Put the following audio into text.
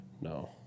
No